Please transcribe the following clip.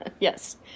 Yes